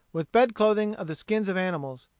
with bed-clothing of the skins of animals.